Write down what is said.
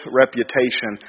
reputation